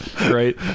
right